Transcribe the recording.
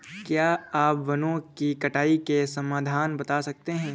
क्या आप वनों की कटाई के समाधान बता सकते हैं?